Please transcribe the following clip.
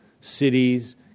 cities